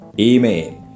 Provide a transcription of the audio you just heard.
Amen